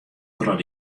troch